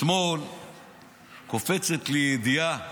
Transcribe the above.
אתמול קופצת לי ידיעה,